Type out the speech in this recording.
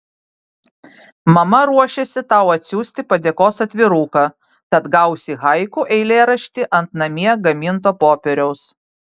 mama ruošiasi tau atsiųsti padėkos atviruką tad gausi haiku eilėraštį ant namie gaminto popieriaus